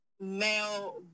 male